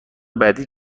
بعدی